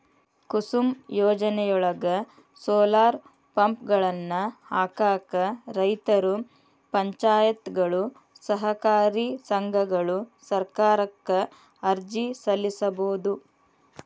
ಕುಸುಮ್ ಯೋಜನೆಯೊಳಗ, ಸೋಲಾರ್ ಪಂಪ್ಗಳನ್ನ ಹಾಕಾಕ ರೈತರು, ಪಂಚಾಯತ್ಗಳು, ಸಹಕಾರಿ ಸಂಘಗಳು ಸರ್ಕಾರಕ್ಕ ಅರ್ಜಿ ಸಲ್ಲಿಸಬೋದು